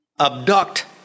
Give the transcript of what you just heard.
abduct